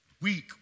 weak